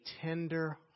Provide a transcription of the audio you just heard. tender